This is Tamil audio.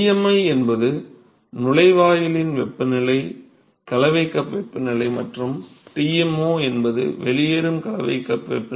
Tmi என்பது நுழைவாயிலின் வெப்பநிலை கலவை கப் வெப்பநிலை மற்றும் Tmo என்பது வெளியேறும் கலவை கப் வெப்பநிலை